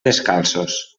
descalços